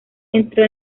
entró